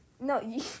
No